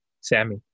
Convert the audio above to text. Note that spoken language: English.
Sammy